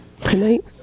tonight